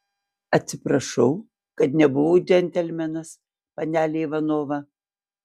atsiprašau kad nebuvau džentelmenas panele ivanova